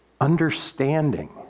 understanding